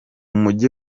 mujyi